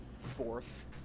fourth